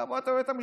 יבוא היועץ המשפטי,